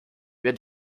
were